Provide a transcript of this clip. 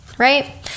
right